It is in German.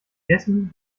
gegessen